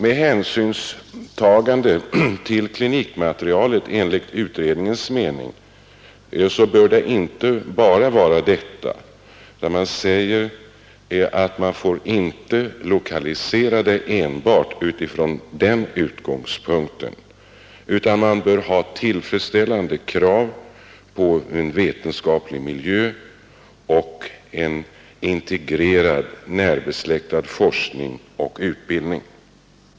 Ett hänsynstagande till klinikmaterialet borde dock enligt utredningens mening inte föranleda en lokalisering som inte tillfredsställde kraven på vetenskaplig miljö och integrering med närbesläktad forskning och utbildning.